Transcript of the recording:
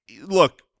look